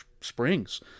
Springs